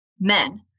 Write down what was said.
men